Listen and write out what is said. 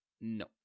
No